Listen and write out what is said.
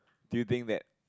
do you think that